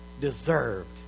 deserved